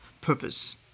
purpose